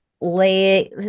lay